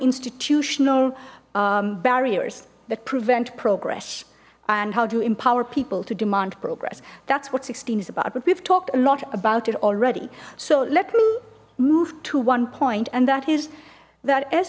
institutional barriers that prevent progress and how to empower people to demand progress that's what sixteen is about but we've talked a lot about it already so let me move to one point and that is that s